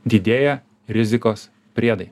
didėja rizikos priedai